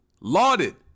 lauded